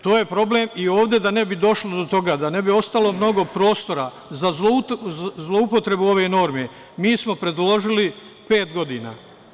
To je problem i da ne bi došlo do toga, da ne bi ostalo mnogo prostora za zloupotrebu ove norme mi smo predložili pet godina.